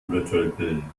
übertölpeln